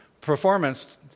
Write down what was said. performance